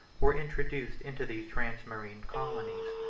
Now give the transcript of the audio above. were introduced into these transmarine colonies.